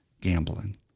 gambling